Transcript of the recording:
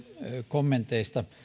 kommenteista